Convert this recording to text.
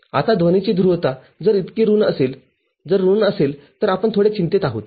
आता ध्वनीची ध्रुवता जर इतकी ऋण असेल जर ऋण असेलतर आपण थोडे चिंतेत आहोत